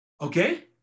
okay